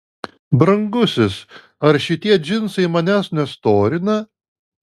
brangusis ar šitie džinsai manęs nestorina